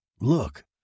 Look